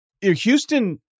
Houston